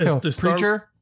Preacher